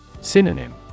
Synonym